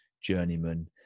journeyman